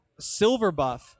SilverBuff